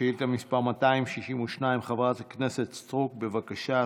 שאילתה מס' 262, חברת הכנסת סטרוק, בבקשה.